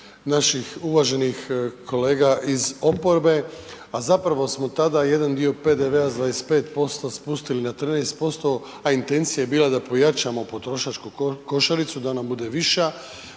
naših uvaženih kolega iz oporbe, a zapravo smo tada jedan dio PDV-a s 25% spustili na 13%, a intencija je bila da pojačamo potrošačku košaricu da ona bude viša